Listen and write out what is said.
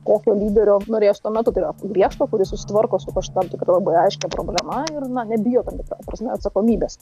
kokio lyderio norėjos metu tai yra griežto kuris susitvarko su kažkokiom tik labai aiškia problema ir na nebijo tam tikra prasme atsakomybės